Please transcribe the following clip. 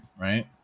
right